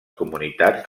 comunitats